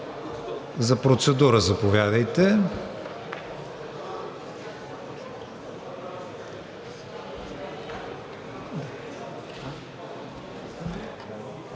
За процедура – заповядайте.